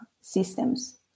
systems